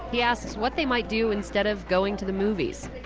he asks what they might do instead of going to the movies